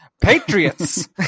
Patriots